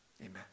amen